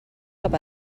cap